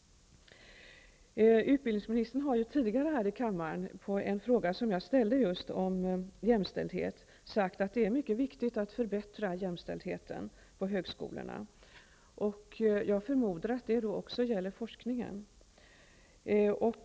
Utbildningsministern har tidigare här i riksdagen på en fråga som jag ställt om jämställdhet svarat att det är mycket viktigt att förbättra jämställdheten på högskolorna. Jag förmodar att det också gäller forskningen.